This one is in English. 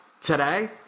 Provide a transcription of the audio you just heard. Today